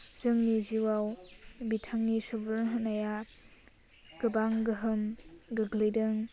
जोंनि जिवाव बिथांनि सुबुरुन होनाया गोबां गोहोम गोग्लैदों